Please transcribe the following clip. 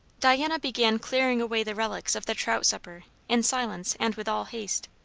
diana began clearing away the relics of the trout supper, in silence and with all haste.